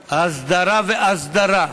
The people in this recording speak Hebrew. ללא הסדרה ואסדרה,